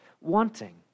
wanting